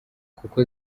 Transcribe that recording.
kuko